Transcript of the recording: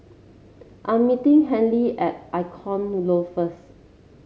I am meeting Handy at Icon Loft first